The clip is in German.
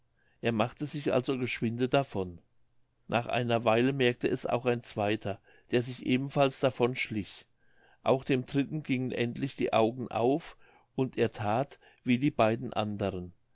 er machte sich also geschwinde davon nach einer weile merkte es auch ein zweiter der sich ebenfalls davon schlich auch dem dritten gingen endlich die augen auf und er that wie die beiden andern